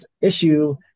issue